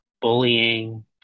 bullying